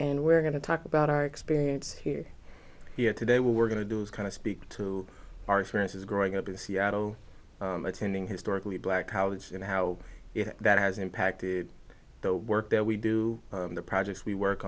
and we're going to talk about our experience here here today we're going to do is kind of speak to our experiences growing up in seattle attending historically black college and how that has impacted the work that we do in the projects we work